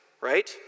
right